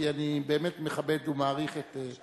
כי אני באמת מכבד ומעריך אותו,